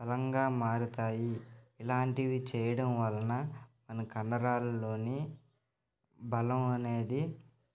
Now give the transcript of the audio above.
బలంగా మారతాయి ఇలాంటివి చేయడం వలన మన కండరాలలోని బలం అనేది